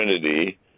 Trinity